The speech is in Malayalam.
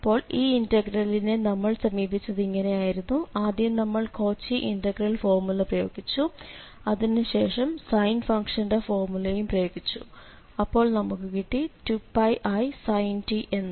അപ്പോൾ ഈ ഇന്റഗ്രലിനെ നമ്മൾ സമീപിച്ചത് ഇങ്ങനെയായിരുന്നു ആദ്യം നമ്മൾ കോച്ചി ഇന്റഗ്രൽ ഫോർമുല പ്രയോഗിച്ചു അതിനുശേഷം സൈൻ ഫംഗ്ഷന്റെ ഫോർമുലയും പ്രയോഗിച്ചു അപ്പോൾ നമുക്കു കിട്ടി 2πisin t എന്ന്